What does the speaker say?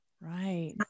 Right